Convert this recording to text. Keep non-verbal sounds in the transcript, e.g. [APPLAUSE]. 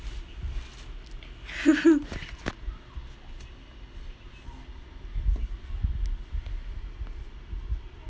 [LAUGHS]